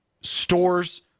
stores